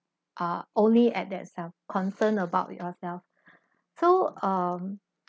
ah only at themselves concerned about yourself so um